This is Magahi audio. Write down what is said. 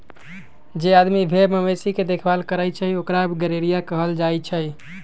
जे आदमी भेर मवेशी के देखभाल करई छई ओकरा गरेड़िया कहल जाई छई